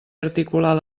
articular